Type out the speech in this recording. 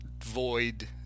void